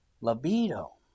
Libido